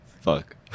Fuck